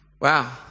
Wow